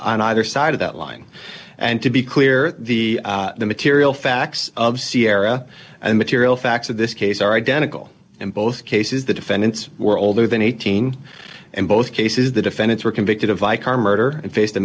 on either side of that line and to be clear the material facts of sierra and material facts of this case are identical in both cases the defendants were older than eighteen in both cases the defendants were convicted of murder and face